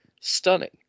Stunning